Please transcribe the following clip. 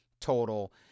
total